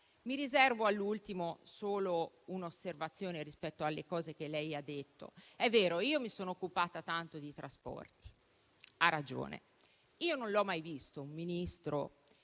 Mi riservo all'ultimo solo un'osservazione rispetto alle cose che ha detto. È vero: io mi sono occupata tanto di trasporti: ha ragione. Io non l'ho mai visto un Ministro